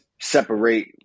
separate